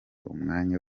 umwanya